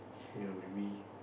ya maybe